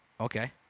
Okay